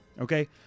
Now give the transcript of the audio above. Okay